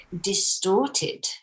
distorted